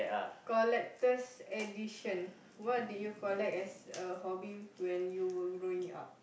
collector's edition what do you collect as a hobby when you were growing up